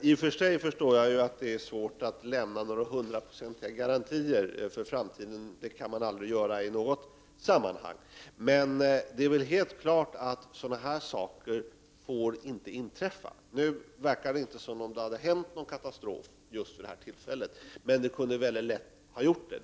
Herr talman! Jag förstår att det är svårt att lämna garantier till 100 96 för framtiden. Det kan man aldrig göra i något sammanhang. Men det är väl helt klart att sådana händelser inte får inträffa? Nu verkar det som om det inte har hänt någon katastrof just vid detta tillfälle. Men det kunde lätt ha varit så.